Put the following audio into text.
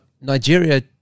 Nigeria